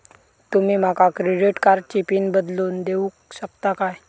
तुमी माका क्रेडिट कार्डची पिन बदलून देऊक शकता काय?